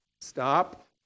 Stop